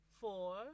four